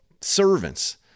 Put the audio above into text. servants